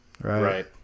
Right